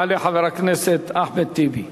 יעלה חבר הכנסת אחמד טיבי.